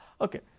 Okay